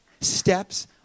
Steps